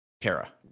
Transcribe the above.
Tara